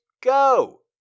go